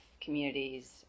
communities